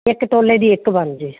ਇੱਕ ਤੋਲੇ ਦੀ ਇੱਕ ਬਣ ਦੀ